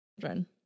children